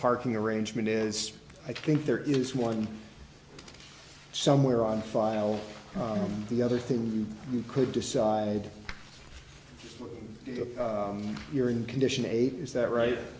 parking arrangement is i think there is one somewhere on file the other thing you could decide if you're in condition eight is that right